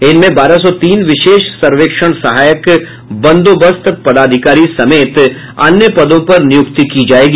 इनमें बारह सौ तीन विशेष सर्वेक्षण सहायक बंदोवस्त पदाधिकारी समेत अन्य पदों पर नियुक्ति की जायेगी